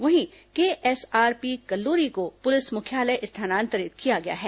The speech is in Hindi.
वहीं केएसआरपी कल्लूरी को पुलिस मुख्यालय स्थानांतरित किया गया है